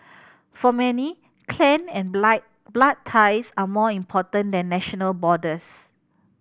for many clan and blood ties are more important than national borders